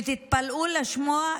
ותתפלאו לשמוע,